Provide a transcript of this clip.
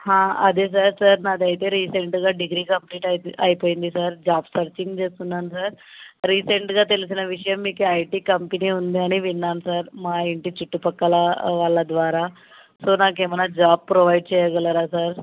అదే sir sir నాదైతే రీసెంట్గా డిగ్రీ కంప్లీట్ అయిప అయిపోయింది సార్ జాబ్ సర్చింగ్ చేస్తున్నాను సార్ రీసెంట్గా తెలిసిన విషయం మీకు ఐటి కంపెనీ ఉంది అని విన్నాను సార్ మా ఇంటి చుట్టుపక్కల వాళ్ళ ద్వారా సో నాకేమన్నా జాబ్ ప్రొవైడ్ చేయగలరా సార్